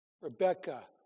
Rebecca